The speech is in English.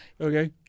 Okay